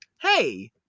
Hey